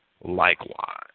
likewise